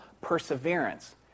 perseverance